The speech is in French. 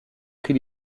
prix